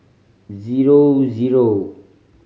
zero zero